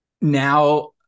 now